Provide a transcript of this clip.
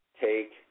take